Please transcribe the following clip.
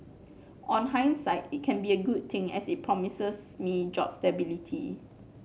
on hindsight it can be a good thing as it promises me job stability